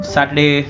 Saturday